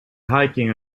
hiking